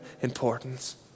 importance